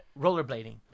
Rollerblading